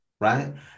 right